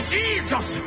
Jesus